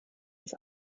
als